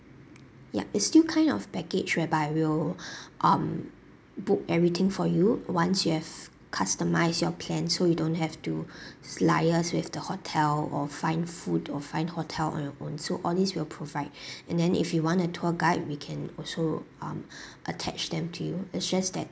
yea it's still kind of package whereby we'll um book everything for you once you have customise your plan so you don't have to liaise with the hotel or find food of find hotel on your own so all these we will provide and then if you want a tour guide we can also um attach them to you it's just that